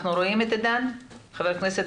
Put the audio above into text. אתה שמעת את מה שאמר חבר הכנסת